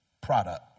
product